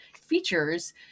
features